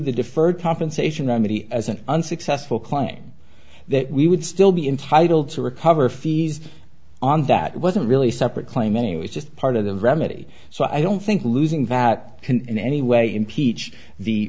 the deferred compensation that money as an unsuccessful claim that we would still be entitled to recover fees on that wasn't really separate claim anyway it's just part of the remedy so i don't think losing that can in any way impeach the